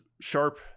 sharp